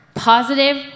positive